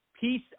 piece